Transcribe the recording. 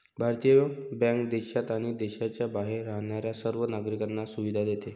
भारतीय बँक देशात आणि देशाच्या बाहेर राहणाऱ्या सर्व नागरिकांना सुविधा देते